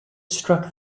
struck